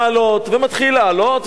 ומתחיל לעלות ולעלות,